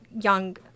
young